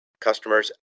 customers